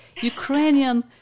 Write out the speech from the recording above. Ukrainian